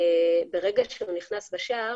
ברגע שהוא נכנס בשער,